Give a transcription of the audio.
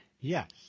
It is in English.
Yes